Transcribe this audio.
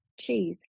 cheese